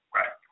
Right